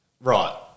Right